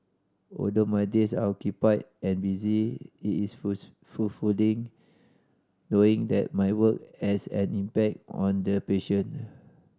although my days are occupied and busy it is full's fulfilling knowing that my work as an impact on the patient